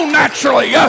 naturally